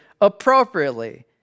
appropriately